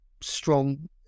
strong